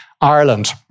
Ireland